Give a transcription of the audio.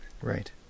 Right